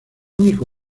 único